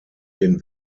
den